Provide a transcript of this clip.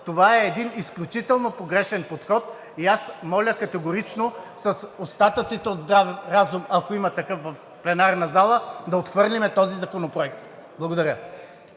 Това е един изключително погрешен подход и аз моля категорично с остатъците от здрав разум, ако има такъв в пленарната зала, да отхвърлим този законопроект. Благодаря.